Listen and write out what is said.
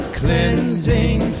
cleansing